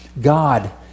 God